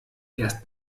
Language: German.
erst